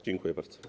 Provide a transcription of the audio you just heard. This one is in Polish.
Dziękuję bardzo.